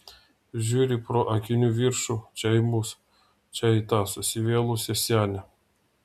žiūri pro akinių viršų čia į mus čia į tą susivėlusią senę